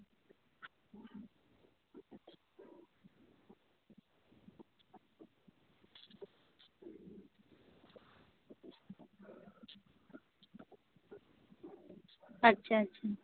ᱟᱪᱪᱷᱟ ᱟᱪᱪᱷᱟ